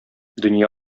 дөнья